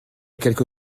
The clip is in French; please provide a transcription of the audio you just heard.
quelque